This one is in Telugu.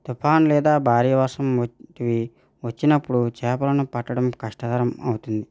తుఫాన్ లేదా భారీ వర్షం వచ్చి వచ్చినప్పుడు చేపలను పట్టడం కష్టతరం అవుతుంది